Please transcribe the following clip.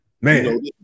Man